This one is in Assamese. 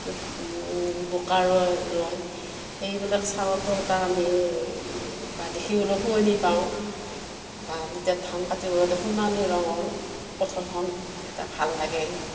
বোকা ৰ ৰয় সেইবিলাক চোৱাটো এটা আমি বা দেখিবলৈ শুৱনি পাওঁ বা যেতিয়া ধান কাটিব সোণালী ৰঙৰ পথাৰখন এটা ভাল লাগে